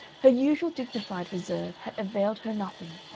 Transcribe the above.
her usual dignified reserve had availed her nothing.